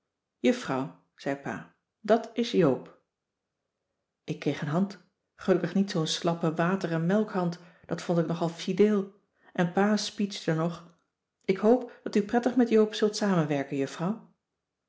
zei pa dat is joop ik kreeg een hand gelukkig niet zoo'n slappe wateren melk hand dat vond ik nogal fideel en pa speechte nog ik hoop dat u prettig met joop zult samenwerken juffrouw